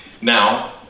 Now